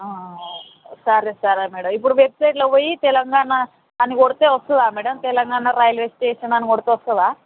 సరే సరే మ్యాడమ్ ఇప్పుడు వెబ్సైట్లో పోయి తెలంగాణ అని కొడితే వస్తుందా మ్యాడమ్ తెలంగాణ రైల్వే స్టేషన్ అని కొడితే వస్తుందా